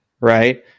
right